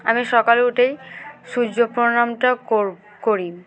আমি সকালে উঠেই সূর্য প্রণামটা কোর করি